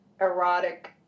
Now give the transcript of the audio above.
erotic